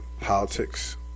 politics